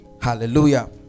Hallelujah